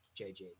JJ